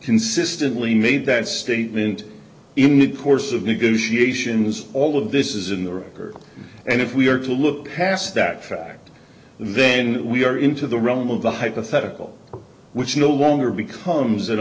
consistently made that statement in the course of negotiations all of this is in the record and if we are to look past that fact then we are into the realm of the hypothetical which no longer becomes an